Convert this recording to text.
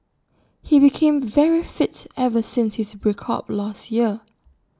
he became very fit ever since his break up last year